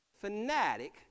fanatic